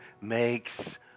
makes